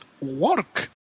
work